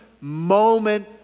moment